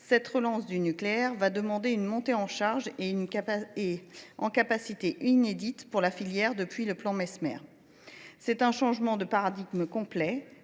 la relance du nucléaire va demander une montée en charge et en capacité inédite pour la filière depuis le plan Messmer. Il s’agit d’un changement complet